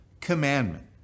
commandment